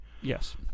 Yes